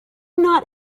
not